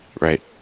Right